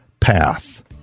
path